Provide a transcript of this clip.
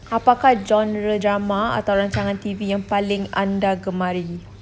apakah genre drama atau rancangan T_V yang paling anda gemari